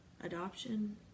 adoption